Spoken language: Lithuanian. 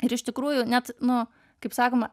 ir iš tikrųjų net nu kaip sakoma